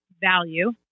value